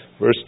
verse